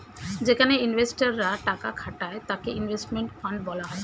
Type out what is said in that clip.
যেখানে ইনভেস্টর রা টাকা খাটায় তাকে ইনভেস্টমেন্ট ফান্ড বলা হয়